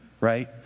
right